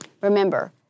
remember